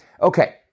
Okay